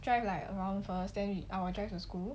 drive like around first then I will drive to school